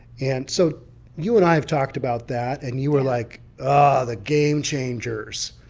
and so you and i have talked about that and you were like, oh the game changers.